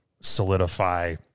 solidify